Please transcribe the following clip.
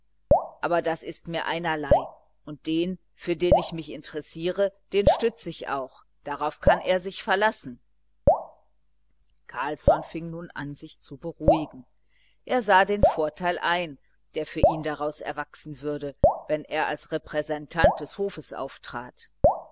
aber das ist mir einerlei und den für den ich mich interessiere den stütz ich auch darauf kann er sich verlassen carlsson fing nun an sich zu beruhigen er sah den vorteil ein der für ihn daraus erwachsen würde wenn er als repräsentant des hofes auftrat